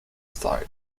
style